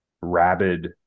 rabid